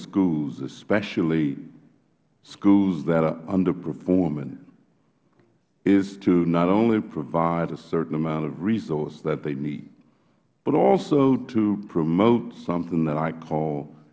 schools especially schools that are underperforming is to not only provide a certain amount of resource that they need but also to promote something that i call